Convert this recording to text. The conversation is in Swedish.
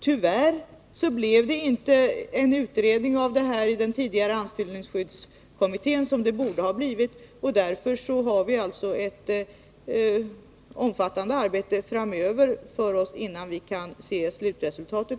Tyvärr blev det inte någon utredning av frågan i den tidigare anställningsskyddskommittén, som det borde ha blivit, och därför har vi alltså ett omfattande arbete framför oss innan vi kan se slutresultatet.